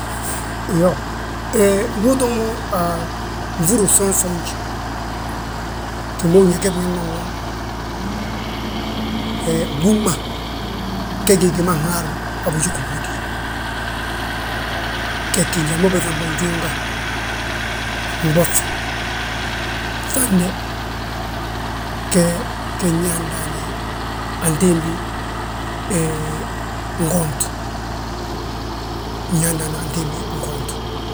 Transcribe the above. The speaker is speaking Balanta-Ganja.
Iyoo, he ndu utoo mo a nfúri gsoonsoonj, gi ma húrin yaa ge biñaŋ ma nwom. Hee gbúŋ ma, ge gí gima nharre a boji ginhódi, gee gí njali ma ubiiŧam bo gjuunga, nɓof, fande, ge nñaa ndaani antimbi hee ngont, win ñaa ndaani antimbi ngont.